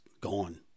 gone